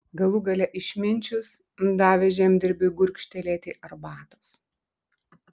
galų gale išminčius davė žemdirbiui gurkštelėti arbatos